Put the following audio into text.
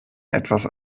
etwas